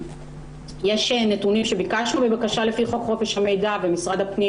יש נתונים שביקשנו בבקשה לפי חוק חופש המידע ומשרד הפנים